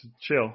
chill